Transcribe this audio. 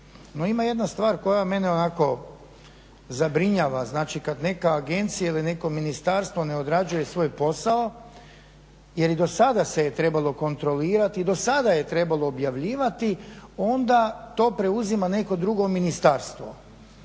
ima jedna stvar koja mene onako zabrinjava, znači kad neka agencija ili neko ministarstvo ne odrađuje svoj posao jer i dosada se trebalo kontrolirati i dosada je trebalo objavljivati onda to preuzima neko drugo ministarstvo.